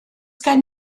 gen